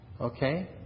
Okay